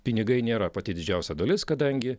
pinigai nėra pati didžiausia dalis kadangi